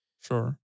Sure